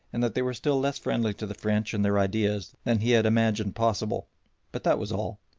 and that they were still less friendly to the french and their ideas than he had imagined possible but that was all.